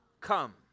come